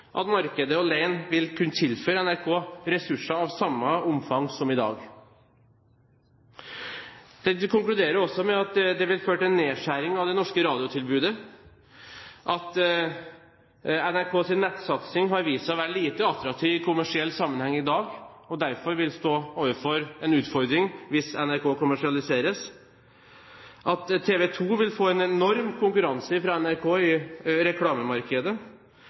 at markedet alene vil kunne tilføre NRK ressurser av samme omfang som i dag. Den konkluderer også med at det vil føre til en nedskjæring av det norske radiotilbudet, at NRKs nettsatsing har vist seg å være lite attraktiv i kommersiell sammenheng i dag og derfor vil stå overfor en utfordring hvis NRK kommersialiseres, at TV 2 vil få en enorm konkurranse fra NRK i reklamemarkedet,